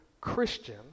Christian